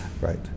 Right